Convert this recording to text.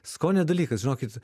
skonio dalykas žinokit